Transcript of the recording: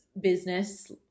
business